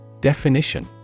Definition